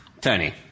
Tony